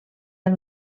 del